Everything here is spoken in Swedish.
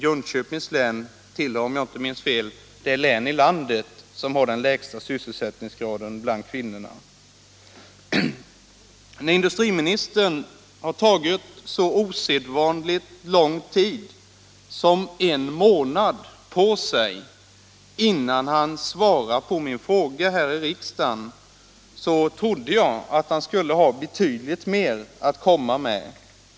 Jönköpings län tillhör, om jag inte minns fel, de län som har den lägsta sysselsättningsgraden i landet bland kvinnorna. När industriministern har tagit så osedvanligt lång tid som en månad på sig innan han svarat på min fråga här i riksdagen trodde jag att han skulle ha betydligt mer att komma med.